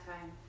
time